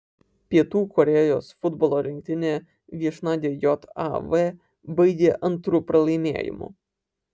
pietų korėjos futbolo rinktinė viešnagę jav baigė antru pralaimėjimu